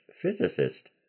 physicist